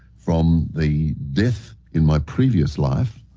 from the death in my previous life,